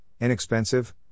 inexpensive